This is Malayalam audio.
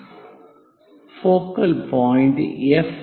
ഫോക്കൽ പോയിന്റ് എഫ് ആണ്